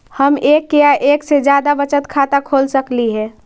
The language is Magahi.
हम एक या एक से जादा बचत खाता खोल सकली हे?